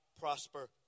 prosper